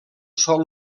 sol